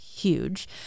Huge